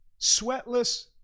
sweatless